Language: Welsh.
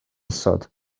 isod